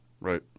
Right